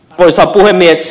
arvoisa puhemies